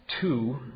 two